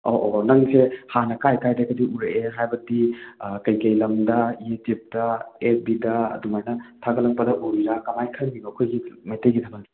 ꯑꯧ ꯑꯧ ꯑꯧ ꯅꯪꯁꯦ ꯍꯥꯟꯅ ꯀꯥꯏ ꯀꯥꯏꯗꯒꯗꯤ ꯎꯔꯑꯦ ꯍꯥꯏꯕꯗꯤ ꯀꯩ ꯀꯩ ꯂꯝꯗ ꯌꯨꯇ꯭ꯌꯞꯇ ꯑꯦꯐ ꯕꯤꯗ ꯑꯗꯨꯃꯥꯏꯅ ꯊꯥꯒꯠꯂꯛꯄꯗ ꯎꯔꯤꯔꯥ ꯀꯃꯥꯏꯅ ꯈꯜꯂꯤꯅꯣ ꯑꯩꯈꯣꯏꯒꯤ ꯃꯩꯇꯩꯒꯤ ꯊꯥꯕꯜꯁꯦ